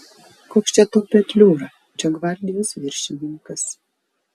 koks čia tau petliūra čia gvardijos viršininkas